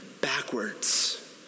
backwards